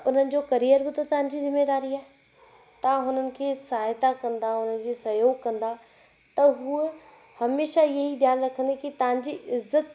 त उन्हनि जो कैरियर बि त तव्हांजी ज़िम्मेदारी आहे तव्हां हुननि खे सहायता कंदव हुन जी सहयोग कंदा त हूअ हमेशह इहा ई ध्यानु रखंदी कि तव्हांजी इज़्ज़त